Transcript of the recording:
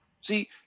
See